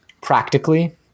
practically